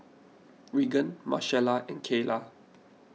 Reagan Marcella and Kaela